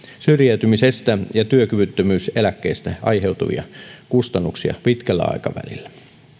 syrjäytymisestä ja työkyvyttömyyseläkkeestä aiheutuvia kustannuksia pitkällä aikavälillä